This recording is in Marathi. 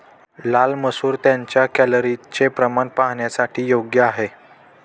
लाल मसूर त्यांच्या कॅलरीजचे प्रमाण पाहणाऱ्यांसाठी योग्य आहे